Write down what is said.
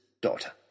daughter